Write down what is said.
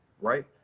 right